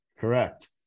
Correct